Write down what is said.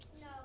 No